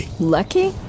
Lucky